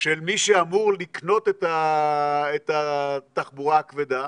של מי שאמור לקנות את התחבורה הכבדה